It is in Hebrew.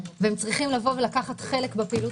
והם צריכים לקחת חלק בפעילות